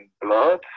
blood